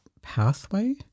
pathway